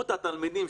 מספר התלמידים,